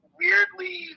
weirdly